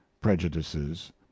prejudices